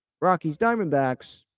Rockies-Diamondbacks